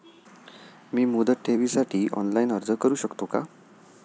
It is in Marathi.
मी मुदत ठेवीसाठी ऑनलाइन अर्ज करू शकतो का?